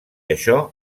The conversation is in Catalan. això